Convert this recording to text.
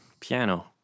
piano